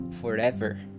forever